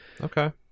okay